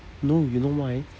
no you know why